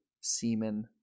semen